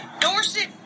Dorset